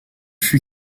fut